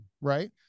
right